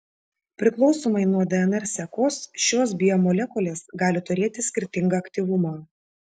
priklausomai nuo dnr sekos šios biomolekulės gali turėti skirtingą aktyvumą